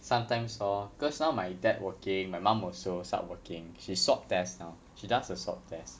sometimes lor cause now my dad working my mum also start working she swab test now she does the swab test